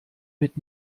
mit